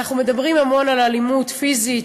אנחנו מדברים המון על אלימות פיזית,